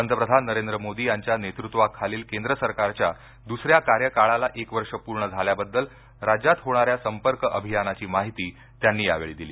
पंतप्रधान नरेंद्र मोदी यांच्या नेतृत्वाखालील केंद्र सरकारच्या दूसऱ्या कार्यकाळाला एक वर्ष पूर्ण झाल्याबद्दल राज्यात होणाऱ्या संपर्क अभियानाची माहिती त्यांनी यावेळी दिली